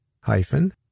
hyphen